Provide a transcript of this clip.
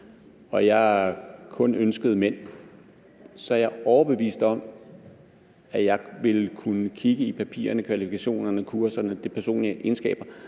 og jeg kun ønskede mænd, ville jeg – det er jeg overbevist om – kunne kigge på papirerne, kvalifikationerne, kurserne og de personlige egenskaber,